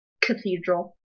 cathedral